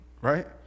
right